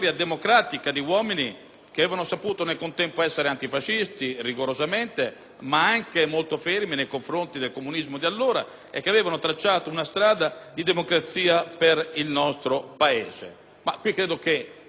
che avevano saputo nel contempo essere rigorosamente antifascisti, ma anche molto fermi nei confronti del comunismo di allora, e che avevano tracciato una strada di democrazia per il nostro Paese. Credo che nei vari interventi